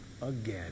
again